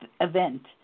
event